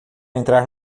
entrar